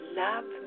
love